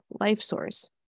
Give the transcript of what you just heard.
LifeSource